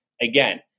again